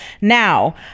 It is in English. Now